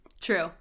true